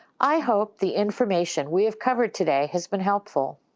i hope the information we have covered today has been helpful.